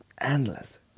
Endless